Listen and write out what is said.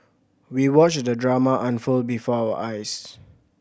we watched the drama unfold before our eyes